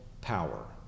power